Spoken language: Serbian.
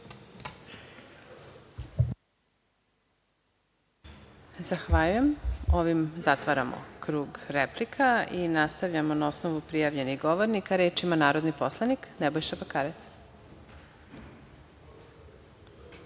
Zahvaljujem. Ovim zatvaramo krug replika i nastavljamo na osnovu prijavljenih govornika. Reč ima narodni poslanik Nebojša Bakarec.